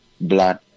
blood